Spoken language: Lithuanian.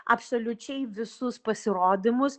absoliučiai visus pasirodymus